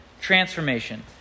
Transformation